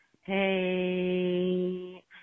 Hey